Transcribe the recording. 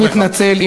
ואני אסלח לך.